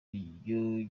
iryo